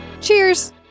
Cheers